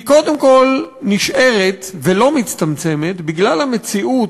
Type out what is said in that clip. היא קודם כול נשארת ולא מצטמצמת בגלל המציאות,